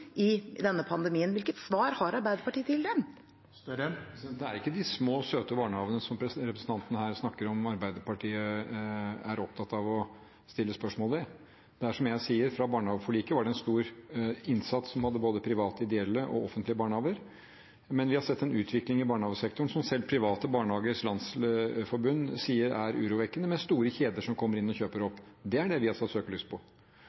i denne pandemien. Hvilket svar har Arbeiderpartiet til dem? Det er ikke de små, søte barnehagene som representanten her snakker om, som Arbeiderpartiet er opptatt av å stille spørsmål ved. Som jeg sier: Fra barnehageforliket var det en stor innsats fra både private, ideelle og offentlige barnehager, men vi har sett en utvikling i barnehagesektoren som selv Private Barnehagers Landsforbund sier er urovekkende, med store kjeder som kommer inn og kjøper opp. Det er det vi har satt søkelyset på. Vi har satt søkelys på